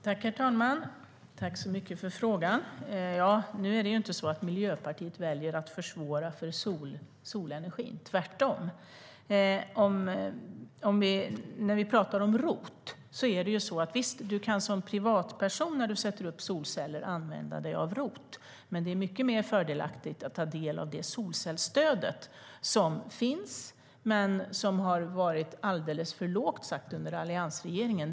Herr talman! Tack, Kristina Yngwe, för frågan! Nu är det ju inte så att Miljöpartiet väljer att försvåra för solenergin. Tvärtom. Visst kan man som privatperson använda ROT när man sätter upp solceller, men det är mycket fördelaktigare att ta del av det solcellsstöd som finns men som har varit alldeles för lågt under alliansregeringen.